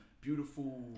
Beautiful